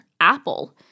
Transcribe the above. Apple